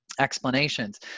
explanations